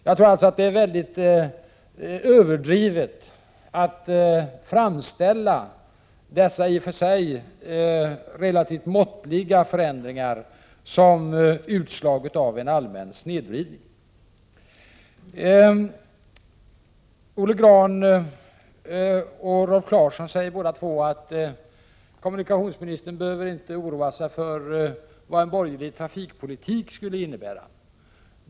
Jag tror alltså att det är mycket överdrivet att framställa dessa i och för sig relativt måttliga förändringar såsom innebärande en allmän snedvridning. Olle Grahn och Rolf Clarkson sade båda att kommunikationsministern inte behöver oroa sig för vad en borgerlig trafikpolitik skulle innebära.